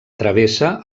travessa